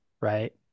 right